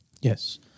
Yes